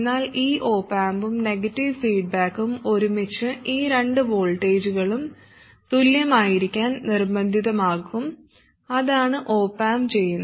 എന്നാൽ ഈ ഒപ് ആമ്പും നെഗറ്റീവ് ഫീഡ്ബാക്കും ഒരുമിച്ച് ഈ രണ്ട് വോൾട്ടേജുകളും തുല്യമായിരിക്കാൻ നിർബന്ധിതമാക്കും അതാണ് ഓപ് ആമ്പ് ചെയ്യുന്നത്